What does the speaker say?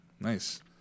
Nice